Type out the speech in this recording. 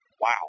wow